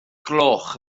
gloch